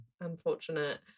Unfortunate